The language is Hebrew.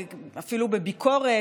ואפילו בביקורת,